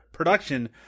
Production